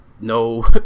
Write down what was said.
No